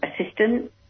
assistant